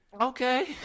Okay